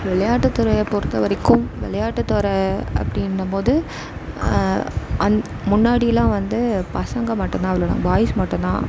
விளையாட்டு துறையை பொறுத்த வரைக்கும் விளையாட்டு துற அப்படின்னம் போது அந் முன்னாடிலாம் வந்து பசங்க மட்டும்தான் விளைவாங் பாய்ஸ் மட்டும்தான்